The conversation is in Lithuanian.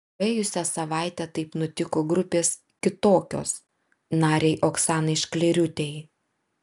praėjusią savaitę taip nutiko grupės kitokios narei oksanai šklėriūtei